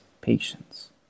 patience